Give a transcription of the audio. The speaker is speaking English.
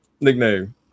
nickname